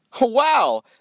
Wow